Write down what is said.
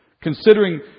Considering